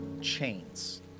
chains